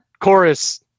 chorus